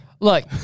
Look